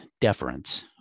deference